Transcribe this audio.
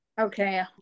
Okay